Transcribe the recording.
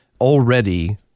already